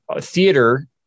theater